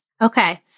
Okay